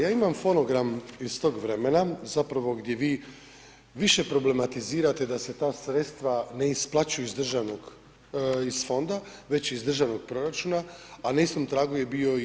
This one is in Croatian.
Ja imam fonogram iz tog vremena zapravo gdje vi više problematizirate da se ta sredstva ne isplaćuju iz državnog, iz fonda već iz državnog proračuna, a na istom tragu je bio i SDP.